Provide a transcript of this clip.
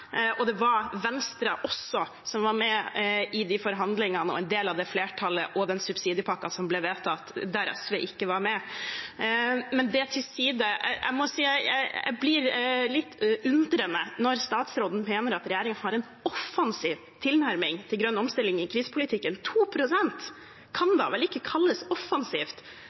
og Venstre var også med i forhandlingene og en del av flertallet for den subsidiepakken som ble vedtatt, der SV ikke var med. Jeg må si jeg blir litt undrende når statsråden mener at regjeringen har en offensiv tilnærming til grønn omstilling i krisepolitikken. 2 pst. kan da vel ikke kalles offensivt